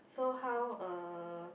so how uh